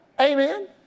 amen